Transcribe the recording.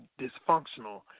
dysfunctional